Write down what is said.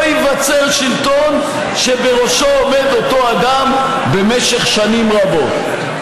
ייווצר שלטון שבראשו עומד אותו אדם במשך שנים רבות".